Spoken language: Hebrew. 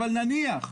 אבל נניח,